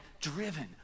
driven